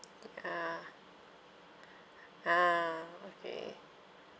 yeah ah okay